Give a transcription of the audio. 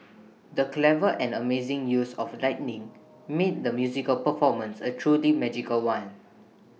the clever and amazing use of lighting made the musical performance A truly magical one